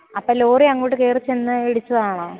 അപ്പോള് ലോറി ആങ്ങോട്ട് കയറിച്ചെന്ന് ഇടിച്ചതാണോ